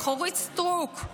אורית סטרוק,